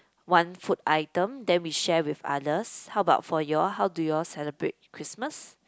one food item then we share with others how about for your how do you all celebrate Christmas